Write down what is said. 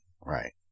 Right